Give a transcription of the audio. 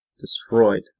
destroyed